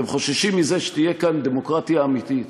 אתם חוששים מזה שתהיה כאן דמוקרטיה אמיתית